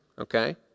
okay